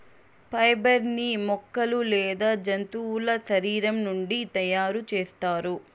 fibre ని మొక్కలు లేదా జంతువుల శరీరం నుండి తయారు చేస్తారు